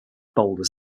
boulders